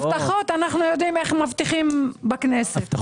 הבטחות אנחנו יודעים איך מבטיחים בכנסת,